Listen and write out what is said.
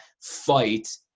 fight